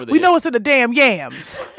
we know it's in the damn yams